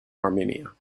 armenia